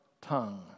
tongue